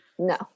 No